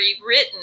rewritten